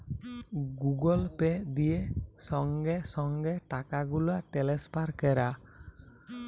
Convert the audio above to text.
Google Pay দিয়ে সংগে সংগে টাকাগুলা টেলেসফার ক্যরা